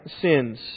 sins